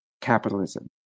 capitalism